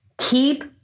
Keep